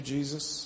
Jesus